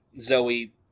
Zoe